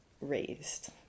raised